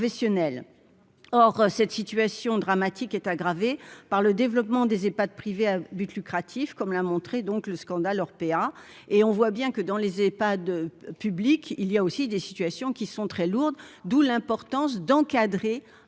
or cette situation dramatique est aggravé par le développement des Epad privées à but lucratif, comme l'a montré, donc le scandale Orpea et on voit bien que dans les EPHAD public il y a aussi des situations qui sont très lourdes, d'où l'importance d'encadrer